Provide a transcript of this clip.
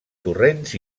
torrents